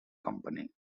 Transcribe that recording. company